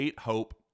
Hope